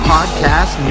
Podcast